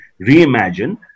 reimagine